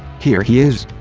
here he is!